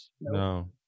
No